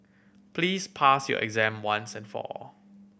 please pass your exam once and for all